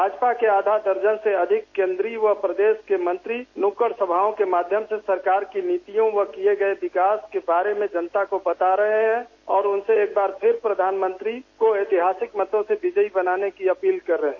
भाजपा के आधा दर्जन से अधिक केंद्रीय व प्रदेश के मंत्री नुक्कड़ सभाओं के माध्यम से सरकार की नीतियों व किये गए विकास के बारे में जनता को बता रहे हैं और उनसे एक बार फिर से प्रधानमंत्री को ऐतिहासिक मतों से विजयी बनाने की अपील कर रहे हैं